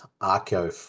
arco